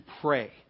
pray